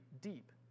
deep